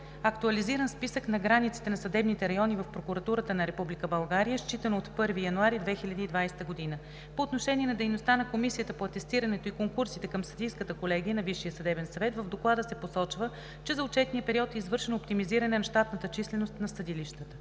актуализиран списък на границите на съдебните райони в Прокуратурата на Република България, считано от 1 януари 2020 г. По отношение на дейността на Комисията по атестирането и конкурсите към Съдийската колегия на Висшия съдебен съвет в Доклада се посочва, че за отчетния период е извършено оптимизиране на щатната численост на съдилищата.